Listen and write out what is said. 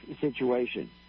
situation